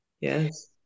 Yes